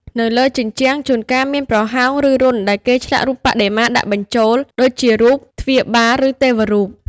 នៅលើជញ្ជាំង ជួនកាលមានប្រហោង ឬរន្ធដែលគេឆ្លាក់រូបបដិមាដាក់បញ្ចូល ដូចជារូប ទ្វារបាល ឬទេវរូប។